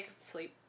sleep